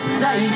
say